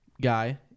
guy